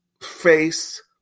face